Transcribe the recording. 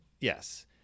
yes